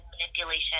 manipulation